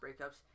breakups